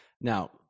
Now